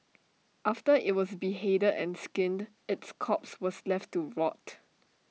after IT was beheaded and skinned its corpse was left to rot